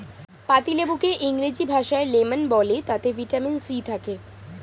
পাতিলেবুকে ইংরেজি ভাষায় লেমন বলে তাতে ভিটামিন সি থাকে